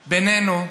בינינו,